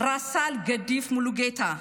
רס"ל גדיף מולוגטה,